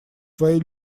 твоей